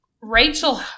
Rachel –